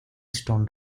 stone